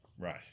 Right